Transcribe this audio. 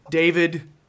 David